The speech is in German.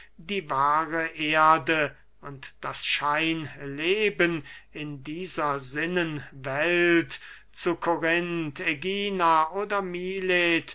die wahre erde und das scheinleben in dieser sinnenwelt zu korinth ägina oder milet